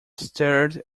stared